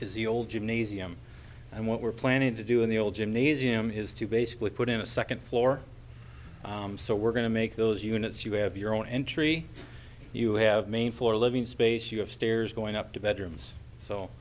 old gymnasium and what we're planning to do in the old gymnasium is to basically put in a second floor so we're going to make those units you have your own entry you have main floor living space you have stairs going up to bedrooms so